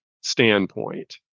standpoint